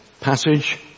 passage